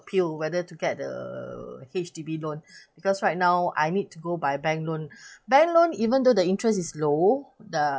appeal whether to get the H_D_B loan because right now I need to go by bank loan bank loan even though the interest is low the